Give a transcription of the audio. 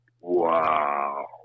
Wow